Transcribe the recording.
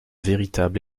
véritable